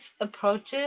approaches